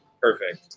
perfect